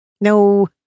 No